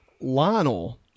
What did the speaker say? Lionel